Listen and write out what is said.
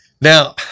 Now